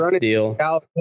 deal